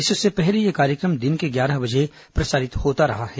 इससे पहले यह कार्यक्रम दिन के ग्यारह बजे प्रसारित होता रहा है